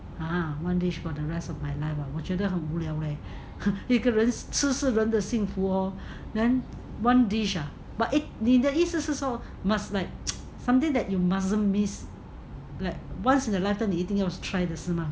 !huh! one dish for the rest of my life 我觉得很无聊 leh 一个人吃是人的幸福 then hor one dish ah but eh 你的意思是说 something that you mustn't miss like once in a lifetime 你一定要 try 的是吗